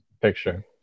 picture